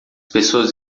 pessoas